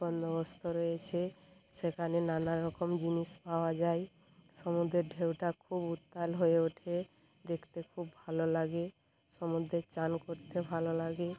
বন্দোবস্ত রয়েছে সেখানে নানা রকম জিনিস পাওয়া যায় সমুদ্রের ঢেউটা খুব উত্তাল হয়ে ওঠে দেখতে খুব ভালো লাগে সমুদ্রে স্নান করতে ভালো লাগে